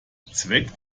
zweck